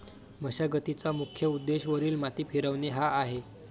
मशागतीचा मुख्य उद्देश वरील माती फिरवणे हा आहे